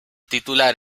titular